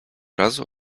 razu